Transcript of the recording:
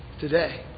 today